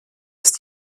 ist